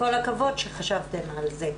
כל הכבוד שחשבתם על זה.